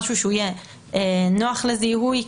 משהו שיהיה נוח לזיהוי,